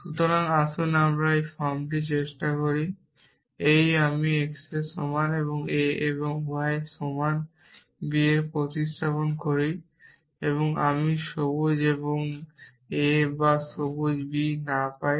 সুতরাং আসুন আমরা শুধু এই ফর্মটি চেষ্টা করি এবং এই আমি x এর সমান a এবং y সমান b এর প্রতিস্থাপন করি আমি সবুজ a বা সবুজ b না পাই